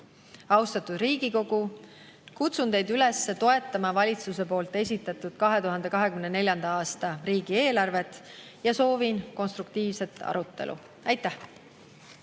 Austatud Riigikogu! Kutsun teid üles toetama valitsuse esitatud 2024. aasta riigieelarvet ja soovin konstruktiivset arutelu. Aitäh!